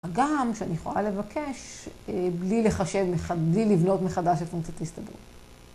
הגם שאני יכולה לבקש, בלי לחשב בכלל, בלי לבנות מחדש את פונקציית ההסתברות.